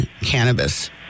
cannabis